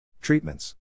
Treatments